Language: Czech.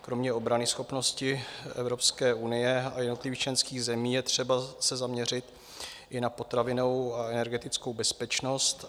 Kromě obranyschopnosti Evropské unie a jednotlivých členských zemí je třeba se zaměřit i na potravinovou a energetickou bezpečnost.